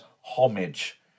homage